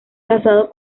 casado